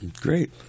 Great